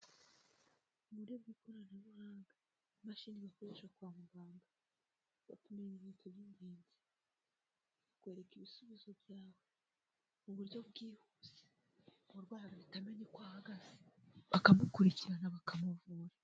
Uburyo bw'ikoranabuhanga. Imashini bakoresha kwa muganga. Bakamenya ibimenyetso by'ingenzi. Bakakwereka ibisubizo byawe. Mu buryo bwihuse. Umurwayi agahita amenya uko ahagaze. Bakamukurikirana bakamuvura.